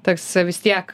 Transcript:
toks vis tiek